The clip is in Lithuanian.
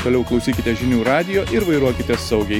toliau klausykite žinių radijo ir vairuokite saugiai